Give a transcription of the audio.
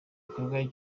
gikorwa